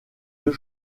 deux